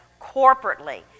corporately